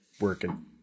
working